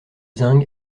zinc